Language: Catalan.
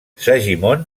segimon